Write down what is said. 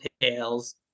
tails